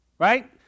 right